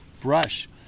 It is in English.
brush